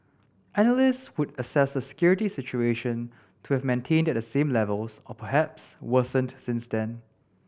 analysts would assess the security situation to have maintained at the same levels or perhaps worsened since then